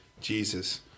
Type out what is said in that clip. Jesus